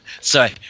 Sorry